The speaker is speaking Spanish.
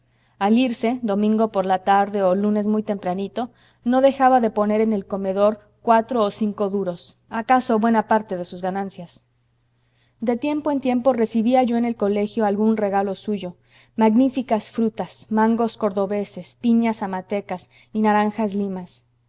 al irse domingo por la tarde o lunes muy tempranito no dejaba de poner en el comedor cuatro o cinco duros acaso buena parte de sus ganancias de tiempo en tiempo recibía yo en el colegio algún regalo suyo magníficas frutas mangos cordobeses piñas amatecas y